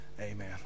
Amen